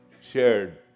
shared